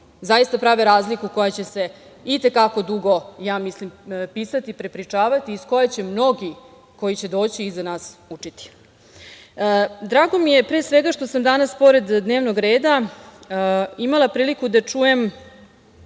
zaista prave razliku koja će se i te kako dugo, ja mislim, pisati, prepričavati, iz koje će mnogi koji će doći iza nas učiti. Drago mi je pre svega što sam danas pored dnevnog reda imala priliku da čujem